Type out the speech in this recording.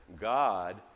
God